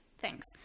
Thanks